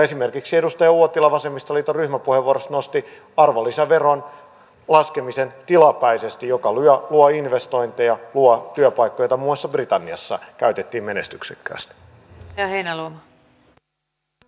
esimerkiksi edustaja uotila vasemmistoliiton ryhmäpuheenvuorossa nosti arvonlisäveron laskemisen tilapäisesti joka luo investointeja luo työpaikkoja ja jota muun muassa britanniassa käytettiin menestyksekkäästi